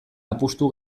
apustu